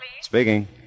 Speaking